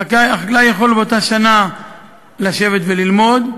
החקלאי יכול באותה שנה לשבת וללמוד,